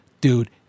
dude